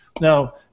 Now